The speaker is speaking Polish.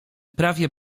prawie